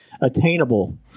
attainable